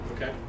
Okay